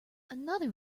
another